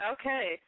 Okay